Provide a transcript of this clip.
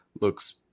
looks